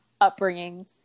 upbringings